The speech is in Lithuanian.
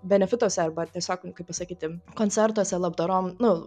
benefituose arba tiesiog nu kaip pasakyti koncertuose labdarom nu